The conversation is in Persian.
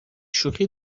شوخی